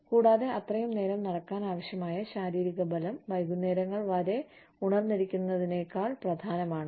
കൂടാതെ അത്രയും നേരം നടക്കാൻ ആവശ്യമായ ശാരീരിക ബലം വൈകുന്നേരങ്ങൾ വരെ ഉണർന്നിരിക്കുന്നതിനേക്കാൾ പ്രധാനമാണ്